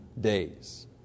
days